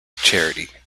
charity